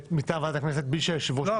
מטעם ועדת הכנסת בלי שהיושב-ראש יאשר את זה?